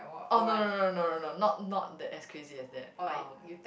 oh no no no no no no not not as crazy as that um